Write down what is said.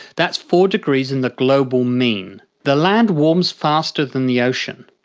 that's four degrees in the global mean. the land warms faster than the ocean.